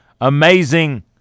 amazing –